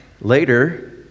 later